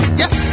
yes